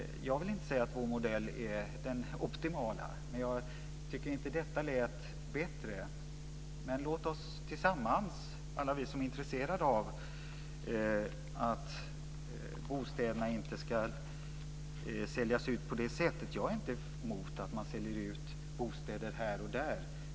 Jag vill inte säga att vår modell är den optimala, men jag tycker inte att detta lät bättre. Låt oss gå ihop, alla vi som är intresserade av att bostäderna inte ska säljas ut på det här sättet. Jag är inte emot att man säljer ut bostäder här och där.